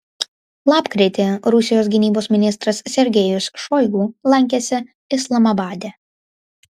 lapkritį rusijos gynybos ministras sergejus šoigu lankėsi islamabade